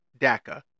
DACA